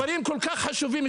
דברים כל כך חשובים.